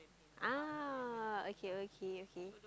ah okay okay okay